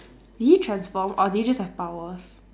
did he transform or did he just have powers